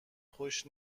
خوش